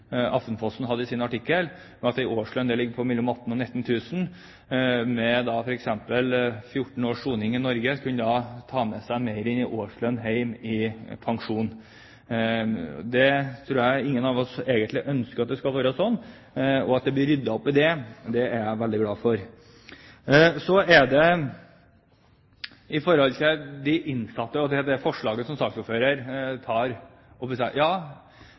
i sin artikkel, at en årslønn der ligger på mellom 18 000 og 19 000 – etter f.eks. 14 års soning i Norge kunne ta med seg mer enn én årslønn hjem i pensjon. Jeg tror ingen av oss ønsker at det skal være sånn, og jeg er veldig glad for at det blir ryddet opp i det. Så til vårt forslag, som saksordføreren nevnte. Hele poenget er jo at man under soning mister rettighetene til